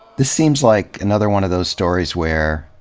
this seems like another one of those stories where,